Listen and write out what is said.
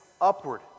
upward